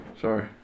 Sorry